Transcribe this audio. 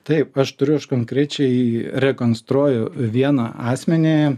taip aš turiu aš konkrečiai rekonstruoju vieną asmenį